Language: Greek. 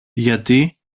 γιατί